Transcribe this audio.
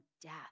death